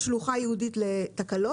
יש שלוחה ייעודית לתקלות,